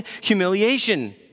humiliation